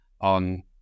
on